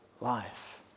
life